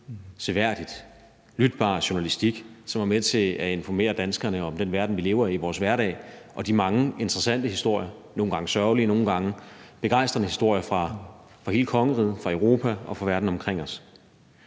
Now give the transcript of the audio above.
lytbar journalistik, som er med til at informere danskerne om den verden, vi lever i i vores hverdag, og de mange interessante – nogle gange sørgelige, nogle gange begejstrende – historier fra hele kongeriget, fra Europa og fra verden omkring os.